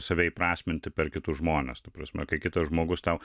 save įprasminti per kitus žmones ta prasme kai kitas žmogus tau